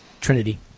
trinity